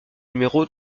numéro